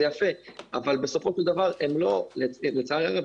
זה יפה אבל בסופו של דבר לצערי הרב,